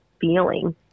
feeling